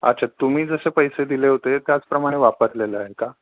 अच्छा तुम्ही जसे पैसे दिले होते त्याचप्रमाणे वापरलेलं आहे का